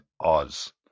Oz